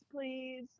please